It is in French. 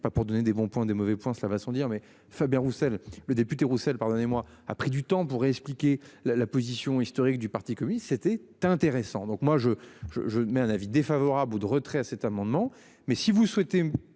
pas pour donner des bons points des mauvais points, cela va sans dire, mais Fabien Roussel, le député pardonnez-moi a pris du temps pour réexpliquer la la position historique du Parti communiste c'était intéressant donc moi je je je mets un avis défavorable ou de retrait à cet amendement. Mais si vous souhaitez